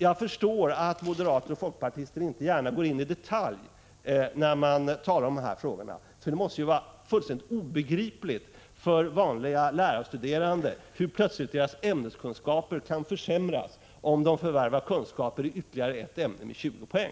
Jag förstår att moderater och folkpartister inte gärna går in på detaljer när de talar om dessa frågor. Det måste ju vara fullständigt obegripligt för vanliga lärarstuderande hur deras ämneskunskaper plötsligt kan försämras om de förvärvar kunskaper som omfattar 20 poäng i ytterligare ett ämne.